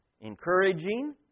encouraging